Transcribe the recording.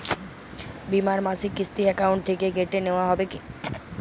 বিমার মাসিক কিস্তি অ্যাকাউন্ট থেকে কেটে নেওয়া হবে কি?